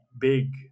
big